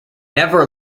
never